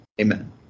Amen